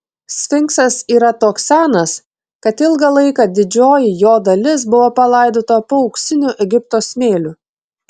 sfinksas yra toks senas kad ilgą laiką didžioji jo dalis buvo palaidota po auksiniu egipto smėliu